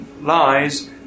lies